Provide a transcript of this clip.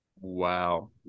Wow